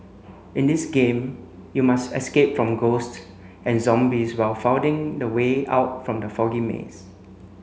in this game you must escape from ghosts and zombies while finding the way out from the foggy maze